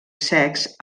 secs